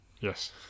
Yes